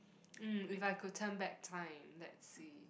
mm if I could turn back time let see